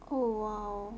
oh !wow!